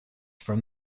from